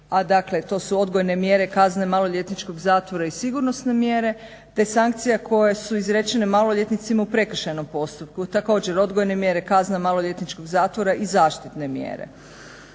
a dakle to su odgojne mjere kazne maloljetničkog zatvora i sigurnosne mjere, te sankcije koje su izrečene maloljetnicima u prekršajnom postupku. Također odgojne mjere kazna maloljetničkog zatvora i zaštitne mjere.